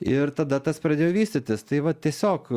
ir tada tas pradėjo vystytis tai va tiesiog